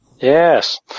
Yes